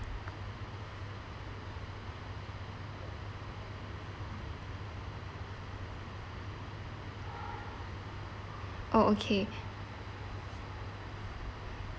oh okay